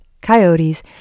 coyotes